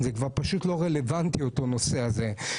פשוט לא רלוונטי, הנושא הזה.